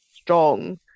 strong